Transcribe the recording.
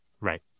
Right